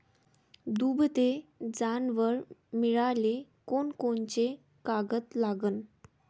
दुभते जनावरं मिळाले कोनकोनचे कागद लागन?